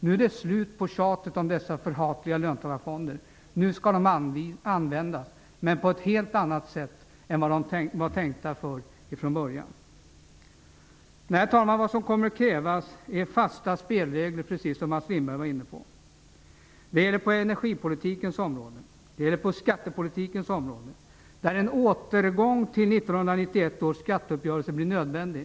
Nu är det slut på tjatet om dessa förhatliga löntagarfonder. Nu skall de användas, men på ett helt annat sätt än vad de var tänkta för från början. Herr talman! Precis som Mats Lindberg nämnde kommer det att krävas fasta spelregler. Det gäller på energipolitikens område. Det gäller på skattepolitikens område. En återgång till 1991-års skatteuppgörelse blir nödvändig.